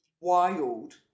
Wild